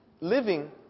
living